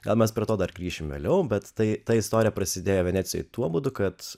gal mes prie to dar grįšim vėliau bet tai ta istorija prasidėjo venecijoj tuo būdu kad